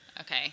Okay